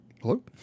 Hello